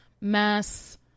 mass